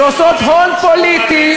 שעושות הון פוליטי,